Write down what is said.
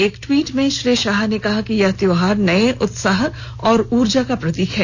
एक टवीट में श्री शाह ने कहा कि यह त्योहार नए उत्साह और उर्जा का प्रतीक है